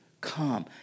Come